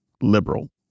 liberal